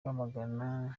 rwamagana